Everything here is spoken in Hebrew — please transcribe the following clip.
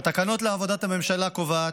התקנות לעבודת הממשלה קובעות